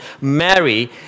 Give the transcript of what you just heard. Mary